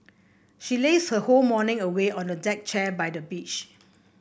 she lazed her whole morning away on a deck chair by the beach